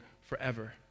forever